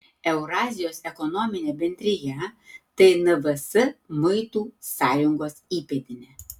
eurazijos ekonominė bendrija tai nvs muitų sąjungos įpėdinė